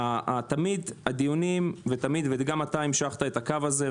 תמיד הדיונים וגם אתה המשכת את הקו הזה,